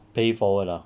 pay forward lah